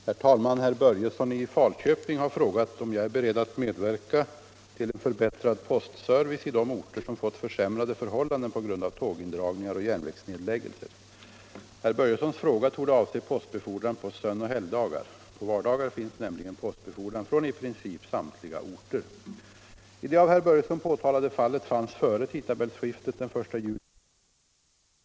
Herr talman! Herr Börjesson i Falköping har frågat om jag är beredd att medverka till en förbättrad postservice i de orter som fått försämrade förhållanden på grund av tågindragningar och järnvägsnedläggelser. Herr Börjessons fråga torde avse postbefordran på sönoch helgdagar. På vardagar finns nämligen postbefordran från i princip samtliga orter. Utvecklingen under senare år har inneburit att postverket i allt större utsträckning gått över till posttransporter med bil, antingen i verkets egen regi eller genom entreprenör.